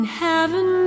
heaven